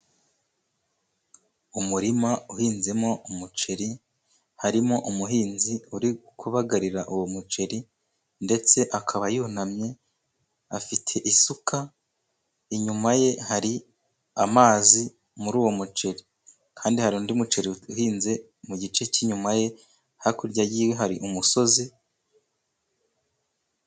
Umurima uhinzemo umuceri harimo umuhinzi uri kubagarira uwo muceri ndetse akaba yunamye afite isuka, inyuma ye hari amazi muri uwo muceri kandi hari undi muceri uhinze mu gice cy'inyuma ye hakurya ye hari umusozi.